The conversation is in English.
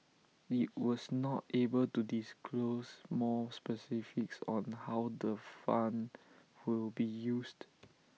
IT was not able to disclose more specifics on how the fund will be used